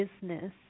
business